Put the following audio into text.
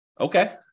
Okay